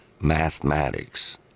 mathematics